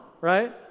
Right